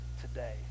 today